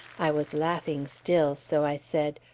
i was laughing still, so i said,